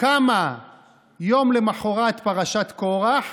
קמה יום למוחרת פרשת קרח.